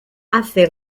hace